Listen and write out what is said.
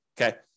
Okay